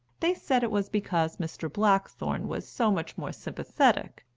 they said it was because mr. blackthorne was so much more sympathetic,